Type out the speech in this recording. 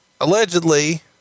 allegedly